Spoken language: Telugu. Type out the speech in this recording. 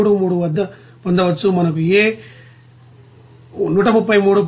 33 వద్ద పొందవచ్చు మనకు A 133